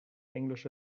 englische